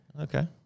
Okay